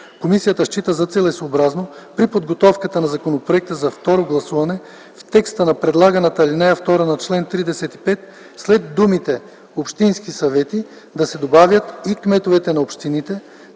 комисията счита за целесъобразно при подготовката на законопроекта за второ гласуване в текста на предлаганата ал. 2 на чл. 35 след думите „общинските съвети” да се добавят „и кметовете на общините”,